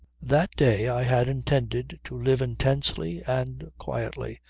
that day i had intended to live intensely and quietly,